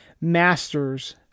masters